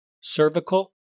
Cervical